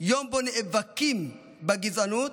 יום שבו נאבקים בגזענות.